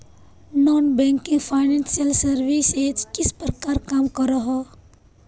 Non banking financial services किस प्रकार काम करोहो?